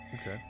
Okay